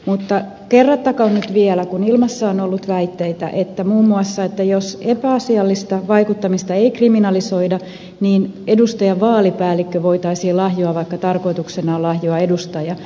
mutta kerrattakoon nyt vielä kun ilmassa on ollut muun muassa väitteitä että jos epäasiallista vaikuttamista ei kriminalisoida niin edustajan vaalipäällikkö voitaisiin lahjoa kun tarkoituksena on lahjoa edustaja